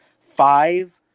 five